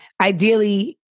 Ideally